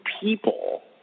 people